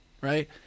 right